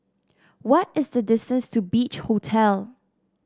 what is the distance to Beach Hotel